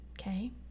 okay